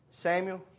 Samuel